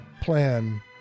plan